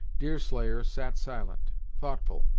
deerslayer sat silent, thoughtful,